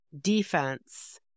defense